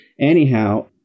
Anyhow